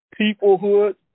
Peoplehood